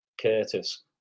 Curtis